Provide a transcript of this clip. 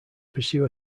pursue